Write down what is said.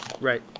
right